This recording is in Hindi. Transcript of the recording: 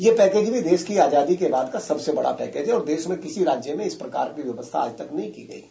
यह पैकेज भी देश की आजादी के बाद का सबसे बड़ा पैकेज है और देश में किसी राज्य में इस प्रकार की व्यवस्था आज तक नहीं की गई है